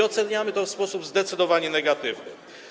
Oceniamy to w sposób zdecydowanie negatywny.